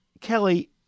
Kelly